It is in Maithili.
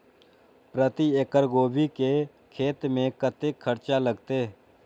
प्रति एकड़ गोभी के खेत में कतेक खर्चा लगते?